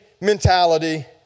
mentality